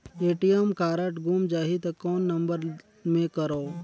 ATM card गुम जाही त कौन नम्बर मे करव?